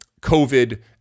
COVID